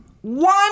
One